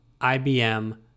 IBM